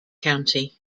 county